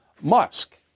Musk